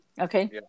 Okay